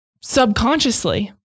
subconsciously